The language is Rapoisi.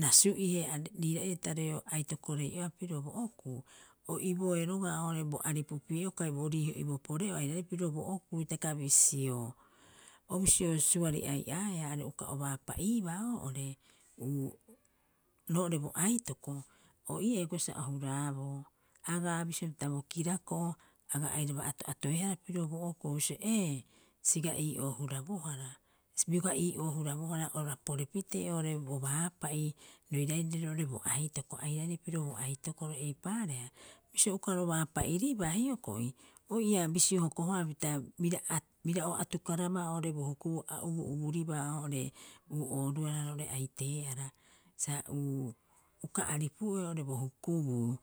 Rasu'ie riira'ire tareo atokorei'oea pirio bo okuu o ibooe roga'a oo'ore bo aripupi'e'oo kai bo riiho'i bo pore'oo airaire pirio bo okuu hitaka bisio, o bisio suri'ai aea are uka o baapa'ibaa oo'ore roo ore bo aitoko o ii'oo hioko'i sa o huraaboo agaa bisio pita bo kirako'o aga airaba ato'atoehara pirio bo okuu bisio. ee. siga ii'oo hurabohara. Bioga ii'oo hurabohara ora porepitee oo'ore bo baapa'i roiraire roo'ore bo aitoko airaire pirio bo aitokoro eipaareha, bisio uka ro baapa'iribaa hioko'i, o ia bisio hokobhara pita bira bira o atukarabaa oo'ore bo hukubuu a ubu'uburibaa oo'ore ooruara roo'ore aitee'ara sa uka aripu'oe oo're bo hukubuu.